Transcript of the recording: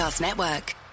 Network